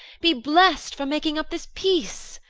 be bless'd for making up this peace